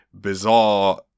bizarre